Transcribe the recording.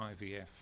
IVF